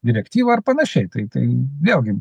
direktyvą ar panašiai tai tai vėlgi